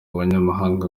abanyamahanga